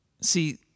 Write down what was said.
See